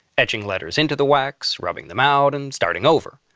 etching letters into the wax, rubbing them out, and starting over.